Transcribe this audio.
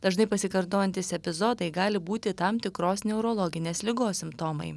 dažnai pasikartojantys epizodai gali būti tam tikros neurologinės ligos simptomai